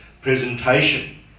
presentation